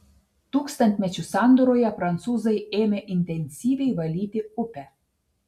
tūkstantmečių sandūroje prancūzai ėmė intensyviai valyti upę